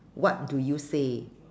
what do you say